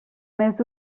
més